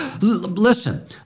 Listen